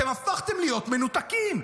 אתם הפכתם להיות מנותקים,